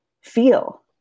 feel